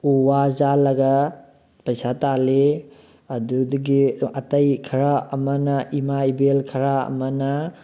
ꯎ ꯋꯥ ꯌꯥꯜꯂꯒ ꯄꯩꯁꯥ ꯇꯥꯜꯂꯤ ꯑꯗꯨꯗꯒꯤ ꯑꯇꯩ ꯈꯔ ꯑꯃꯅ ꯏꯃꯥ ꯏꯕꯦꯜ ꯈꯔ ꯑꯃꯅ